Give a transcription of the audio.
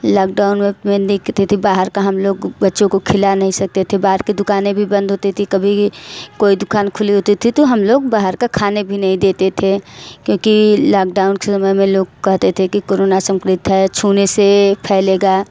lockdown में मैं देखती थी बाहर का हम लोग बच्चों को खिला नहीं सकते थे बाहर की दुकानें भी बंद होती थी कभी कोई दुकान खुली हुई होती थी तो हम लोग बाहर का खाने भी नहीं देते थे क्योंकि लॉकडाउन के समय में लोग कहते थे कि कोरोना संक्रामक है छूने से फैलेगा